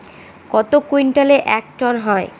কত কুইন্টালে এক টন হয়?